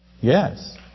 Yes